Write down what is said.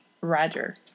Roger